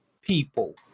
people